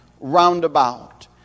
roundabout